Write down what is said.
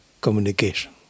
communication